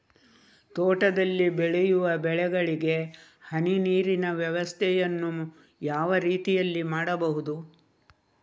ತೋಟದಲ್ಲಿ ಬೆಳೆಯುವ ಬೆಳೆಗಳಿಗೆ ಹನಿ ನೀರಿನ ವ್ಯವಸ್ಥೆಯನ್ನು ಯಾವ ರೀತಿಯಲ್ಲಿ ಮಾಡ್ಬಹುದು?